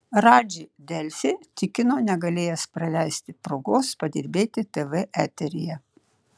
radži delfi tikino negalėjęs praleisti progos padirbėti tv eteryje